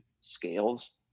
scales